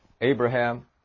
Abraham